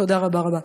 תודה רבה רבה.